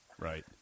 right